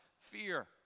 Fear